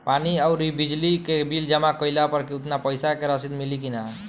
पानी आउरबिजली के बिल जमा कईला पर उतना पईसा के रसिद मिली की न?